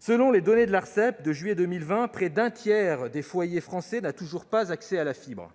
Selon les données de l'Arcep du mois de juillet 2020, près d'un tiers des foyers français n'ont toujours pas accès à la fibre.